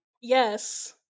Yes